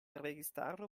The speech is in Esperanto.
registaro